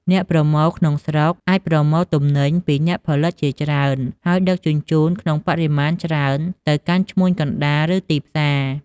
អ្នកប្រមូលក្នុងស្រុកអាចប្រមូលទំនិញពីអ្នកផលិតជាច្រើន ហើយដឹកជញ្ជូនក្នុងបរិមាណច្រើនទៅកាន់ឈ្មួញកណ្តាល ឬទីផ្សារ។